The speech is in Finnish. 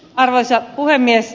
arvoisa puhemies